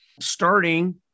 starting